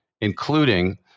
including